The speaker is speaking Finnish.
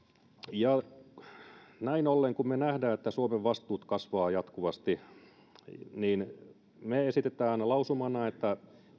näin ollen kun me näemme että suomen vastuut kasvavat jatkuvasti me esitämme lausumana että